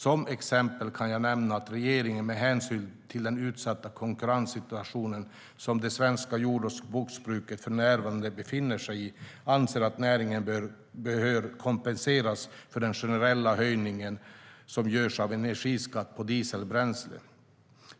Som exempel kan jag nämna att regeringen, med hänsyn till den utsatta konkurrenssituation som det svenska jord och skogsbruket för närvarande befinner sig i, anser att näringen bör kompenseras för den generella höjning som görs av energiskatten på dieselbränsle.